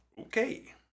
okay